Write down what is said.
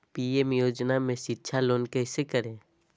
PM योजना में शिक्षा लोन कैसे करें?